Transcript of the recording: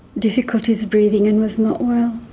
difficulties breathing and was not well.